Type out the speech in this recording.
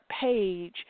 page